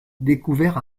découvert